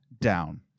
down